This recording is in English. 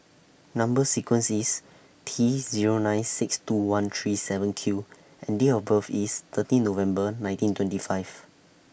Number sequence IS T Zero nine six two one three seven Q and Date of birth IS thirteen November nineteen twenty five